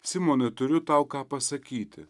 simonai turiu tau ką pasakyti